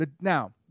Now